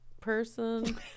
person